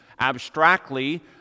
abstractly